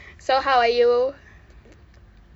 so how are you